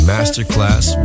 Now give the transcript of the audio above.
Masterclass